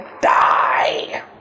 Die